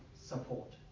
support